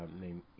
named